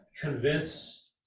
convince